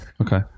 Okay